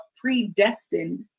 predestined